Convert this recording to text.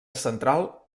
central